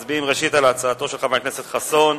ראשית, מצביעים על הצעתו של חבר הכנסת חסון.